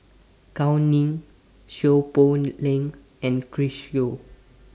Gao Ning Seow Poh Leng and Chris Yeo